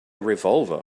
revolver